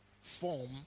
form